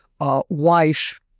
wife